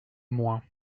moins